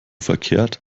verkehrt